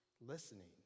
Listening